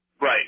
Right